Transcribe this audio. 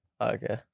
Okay